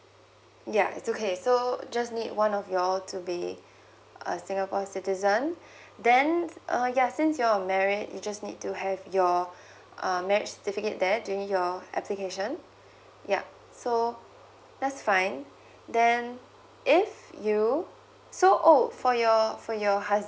ya it's okay so just need one of you all to be a singapore citizens then uh ya since you all are married you just need to have your uh marriage certificate that during your application yup so that's fine then if you so oh for your for your husband